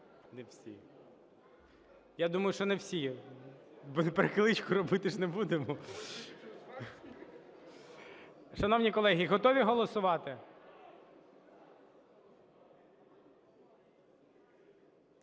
Не всі. Я думаю, що не всі. Перекличку робити ж не будемо. Шановні колеги, готові голосувати?